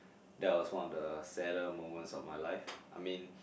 that was one of the sadder moments of my life I mean